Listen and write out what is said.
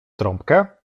trąbkę